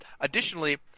Additionally